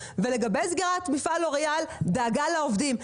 ולגבי סגירת מפעל לוריאל דאגה לעובדים.